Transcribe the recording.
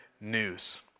news